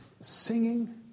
singing